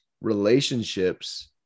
relationships